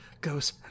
goes